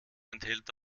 enthält